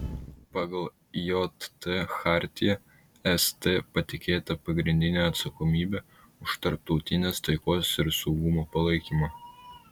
pagal jt chartiją st patikėta pagrindinė atsakomybė už tarptautinės taikos ir saugumo palaikymą